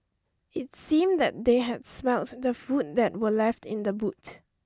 it seemed that they had smelt the food that were left in the boot